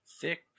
Thick